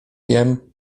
jem